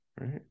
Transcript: right